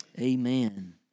Amen